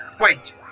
Wait